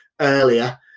earlier